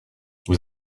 vous